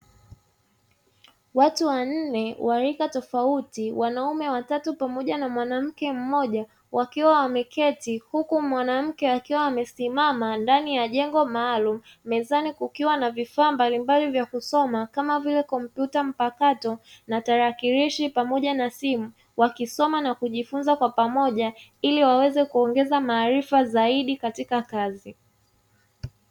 Watu wanne wa rika tofauti wanaume watatu pamoja na mwanamke mmoja, wakiwa wameketi huku mwanamke akiwa amesimama ndani ya jengo maalumu, mezani kukiwa na vifaa mbalimbali vya kusoma kama vile: kompyuta mpakato na tarakilishi, pamoja na simu; wakisoma na kujifunza kwa pamoja ili waweze kuongeza maarifa zaidi katika kazi.